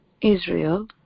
Israel